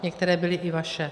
Některé byly i vaše.